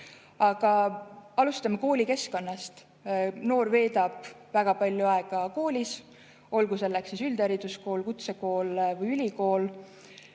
Alustame koolikeskkonnast. Noor veedab väga palju aega koolis, olgu selleks üldhariduskool, kutsekool või ülikool.